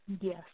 Yes